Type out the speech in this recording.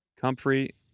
Comfrey